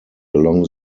along